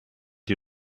die